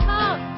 Come